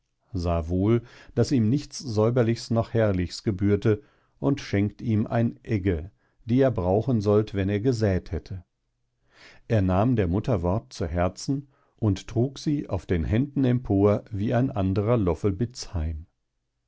sah wohl daß ihm nichts säuberlichs noch herrlichs gebührte und schenkt ihm ein egge die er brauchen sollt wenn er gesät hätte er nahm der mutter wort zu herzen und trug sie auf den händen empor wie ein anderer